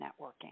networking